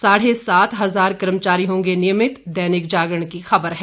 साढ़े सात हजार कर्मचारी होंगे नियमित दैनिक जागरण की खबर है